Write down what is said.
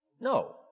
No